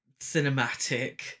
cinematic